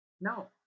No